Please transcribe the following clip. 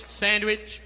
sandwich